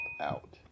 out